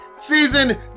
season